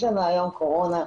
יש לנו היום קורונה,